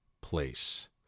place